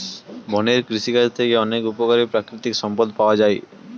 বনের কৃষিকাজ থেকে অনেক উপকারী প্রাকৃতিক সম্পদ পাওয়া যায়